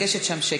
שקט.